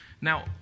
Now